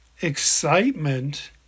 excitement